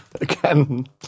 again